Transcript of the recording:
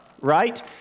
right